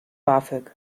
bafög